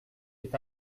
est